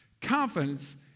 Confidence